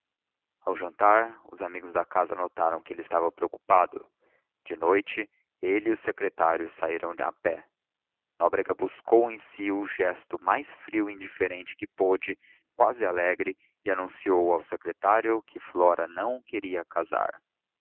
ao jantar os amigos da casa notaram que ele estava preocupado de noite ele e o secretário saíram a pé nóbrega buscou em si o gesto mais frio e indiferente que pôde quase alegre e anunciou ao secretário que flora não queria casar